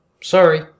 Sorry